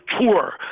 tour